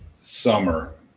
summer